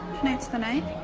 tonight's the night.